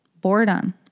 boredom